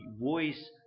voice